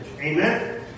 Amen